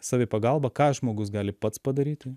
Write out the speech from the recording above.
savipagalba ką žmogus gali pats padaryti